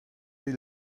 bet